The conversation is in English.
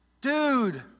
Dude